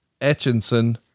Etchinson